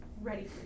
ready